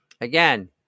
again